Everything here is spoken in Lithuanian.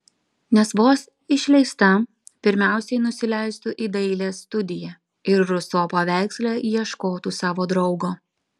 nes vos išleista pirmiausiai nusileistų į dailės studiją ir ruso paveiksle ieškotų savo draugo